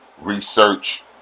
research